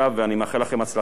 ואני מאחל לכם הצלחה,